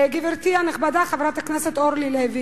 גברתי הנכבדה חברת הכנסת אורלי לוי,